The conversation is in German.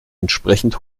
entsprechend